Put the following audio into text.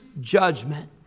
judgment